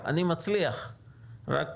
אני מצליח רק